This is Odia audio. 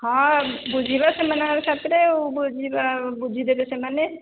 ହଁ ବୁଝିବା ସେମାନଙ୍କ ସାଥିରେ ଆଉ ବୁଝିବା ବୁଝିଦେବେ ସେମାନେ